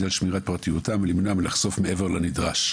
על שמירת פרטיותם ולמנוע מלחשוף מעבר לנדרש.